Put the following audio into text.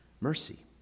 mercy